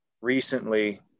recently